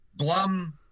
Blum